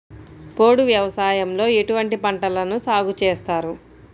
పోడు వ్యవసాయంలో ఎటువంటి పంటలను సాగుచేస్తారు?